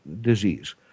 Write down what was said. disease